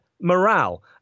morale